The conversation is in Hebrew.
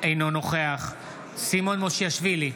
אינו נוכח סימון מושיאשוילי,